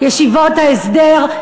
ישיבות ההסדר,